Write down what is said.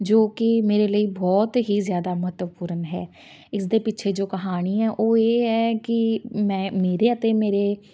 ਜੋ ਕਿ ਮੇਰੇ ਲਈ ਬਹੁਤ ਹੀ ਜ਼ਿਆਦਾ ਮਹੱਤਵਪੂਰਨ ਹੈ ਇਸ ਦੇ ਪਿੱਛੇ ਜੋ ਕਹਾਣੀ ਹੈ ਉਹ ਇਹ ਹੈ ਕਿ ਮੈਂ ਮੇਰੇ ਅਤੇ ਮੇਰੇ